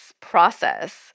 process